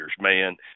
man